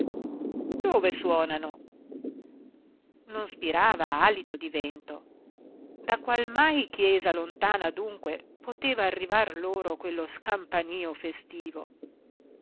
dove suonano non spirava alito di vento da qual mai chiesa lontana dunque poteva arrivar loro quello scampanìo festivo